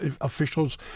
officials